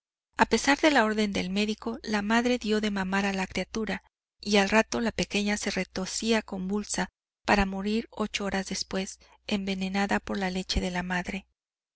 a pesar de la orden del médico la madre dió de mamar a la criatura y al rato la pequeña se retorcía convulsa para morir ocho horas después envenenada por la leche de la madre